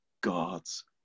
God's